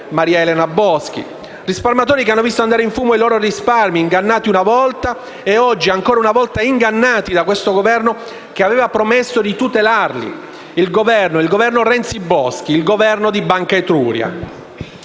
Maria Elena Boschi. Sono risparmiatori che hanno visto andare in fumo i loro risparmi, ingannati una volta e oggi ancora una volta ingannati da questo Governo che aveva promesso di tutelarli: il Governo Renzi-Boschi, il governo di Banca Etruria.